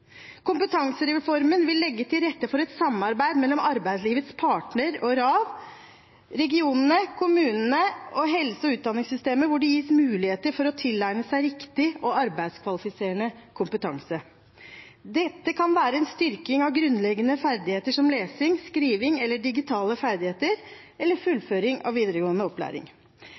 Kompetansereformen vil legge til rette for et samarbeid mellom arbeidslivets parter og Nav, regionene, kommunene og helse- og utdanningssystemet, hvor det gis mulighet til å tilegne seg riktig og arbeidskvalifiserende kompetanse. Dette kan være en styrking av grunnleggende ferdigheter som lesing og skriving, digitale ferdigheter eller fullføring av videregående opplæring.